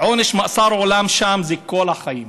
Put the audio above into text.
עונש מאסר עולם שם זה לכל החיים.